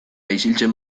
isiltzen